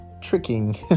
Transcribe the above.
tricking